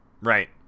right